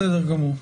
בסדר גמור.